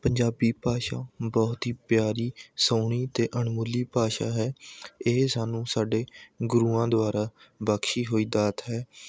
ਪੰਜਾਬੀ ਭਾਸ਼ਾ ਬਹੁਤ ਹੀ ਪਿਆਰੀ ਸੋਹਣੀ ਅਤੇ ਅਣਮੁੱਲੀ ਭਾਸ਼ਾ ਹੈ ਇਹ ਸਾਨੂੰ ਸਾਡੇ ਗੁਰੂਆਂ ਦੁਆਰਾ ਬਖਸ਼ੀ ਹੋਈ ਦਾਤ ਹੈ